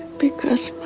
because